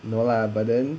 no lah but then